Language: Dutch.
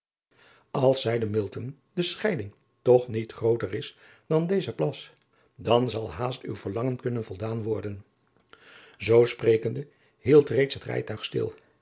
ls zeide de scheiding toch niet grooter is dan deze plas dan zal haast uw verlangen kunnen voldaan worden oo sprekende hield reeds het rijtuig stil